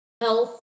health